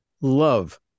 love